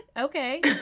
Okay